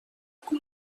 com